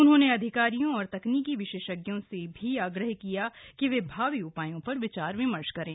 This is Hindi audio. उन्होंने अधिकारियों और तकनीकी विशेषज्ञों से भी आग्रह किया कि वे भावी उपायों पर विचार विमर्श करें